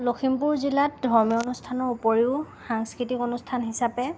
লখিমপুৰ জিলাত ধৰ্মীয় অনুষ্ঠানৰ উপৰিও সাংস্কৃতিক অনুষ্ঠান হিচাপে